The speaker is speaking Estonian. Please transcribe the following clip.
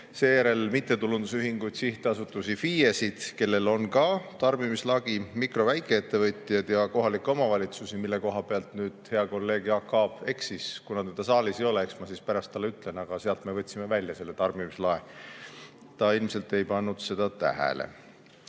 seejärel mittetulundusühinguid, sihtasutusi ja FIE-sid, kellel on ka tarbimislagi, mikro- ja väikeettevõtjaid ja kohalikke omavalitsusi. Selle viimase koha pealt hea kolleeg Jaak Aab eksis. Kuna teda saalis ei ole, eks ma siis pärast talle ütlen, aga sealt me võtsime välja selle tarbimislae. Ta ilmselt ei pannud seda tähele.